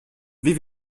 wie